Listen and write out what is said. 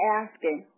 asking